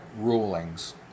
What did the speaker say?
rulings